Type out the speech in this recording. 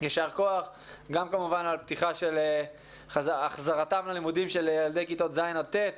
יישר כוח גם כמובן על החזרתם ללימודים של ילדי כיתות ז' עד ט'.